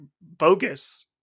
bogus